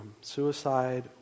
suicide